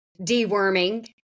deworming